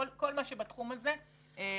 כל מה שבתחום הזה בעייתי.